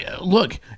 Look